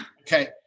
Okay